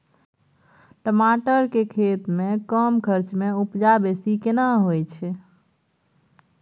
टमाटर के खेती में कम खर्च में उपजा बेसी केना होय है?